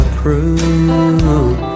prove